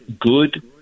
Good